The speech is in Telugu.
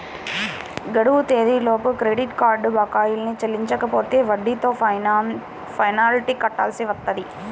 గడువు తేదీలలోపు క్రెడిట్ కార్డ్ బకాయిల్ని చెల్లించకపోతే వడ్డీతో పెనాల్టీ కట్టాల్సి వత్తది